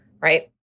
Right